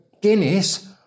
Guinness